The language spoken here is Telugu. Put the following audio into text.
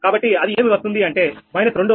కాబట్టి అది ఏమి వస్తుంది అంటే −2